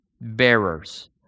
bearers